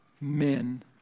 men